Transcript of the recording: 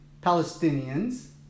Palestinians